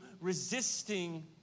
resisting